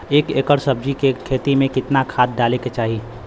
एक एकड़ सब्जी के खेती में कितना खाद डाले के चाही?